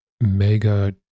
mega